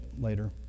later